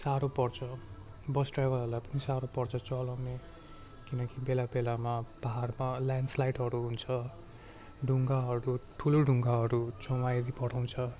साह्रो पर्छ बस ड्राइभरहरूलाई पनि साह्रो पर्छ चलाउने किनकि बेला बेलामा पाहाडमा लेन्डस्लाइडहरू हुन्छ ढुङ्गाहरू ठुलो ढुङ्गाहरू छेउमा आइदिइ पठाउँछ